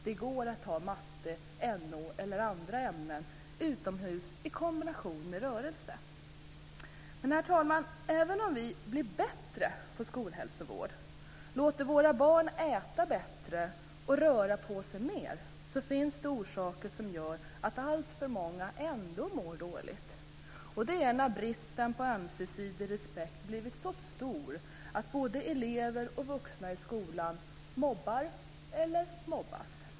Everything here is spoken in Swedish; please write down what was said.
Det går att ha matte, NO eller andra ämnen utomhus i kombination med rörelse. Men, herr talman, även om vi blir bättre på skolhälsovård och låter våra barn äta bättre och röra på sig mer, finns det orsaker som gör att alltför många ändå mår dåligt. Det är när bristen på ömsesidig respekt blivit så stor att både elever och vuxna i skolan mobbar eller mobbas.